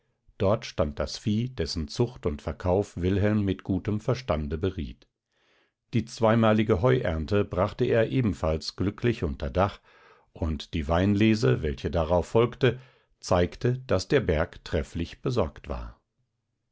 dort stand das vieh dessen zucht und verkauf wilhelm mit gutem verstande beriet die zweimalige heuernte brachte er ebenfalls glücklich unter dach und die weinlese welche darauf folgte zeigte daß der berg trefflich besorgt war